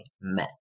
met